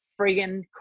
friggin